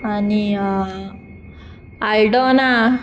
आनी अल्दोना